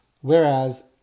Whereas